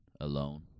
alone